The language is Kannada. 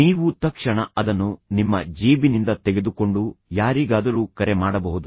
ನೀವು ತಕ್ಷಣ ಅದನ್ನು ನಿಮ್ಮ ಜೇಬಿನಿಂದ ತೆಗೆದುಕೊಂಡು ಯಾರಿಗಾದರೂ ಕರೆ ಮಾಡಬಹುದು